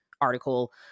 article